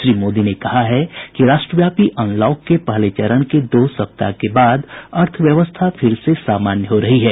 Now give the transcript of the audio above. श्री मोदी ने कहा है कि राष्ट्रव्यापी अनलॉक के पहले चरण के दो सप्ताह के बाद अर्थव्यवस्था फिर से सामान्य हो रही है